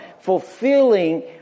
fulfilling